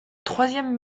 troisième